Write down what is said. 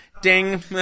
Ding